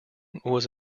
was